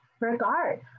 regard